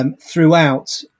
Throughout